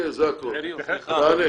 תגיד לי